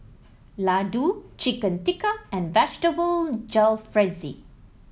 Ladoo Chicken Tikka and Vegetable Jalfrezi